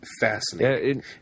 fascinating